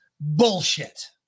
Bullshit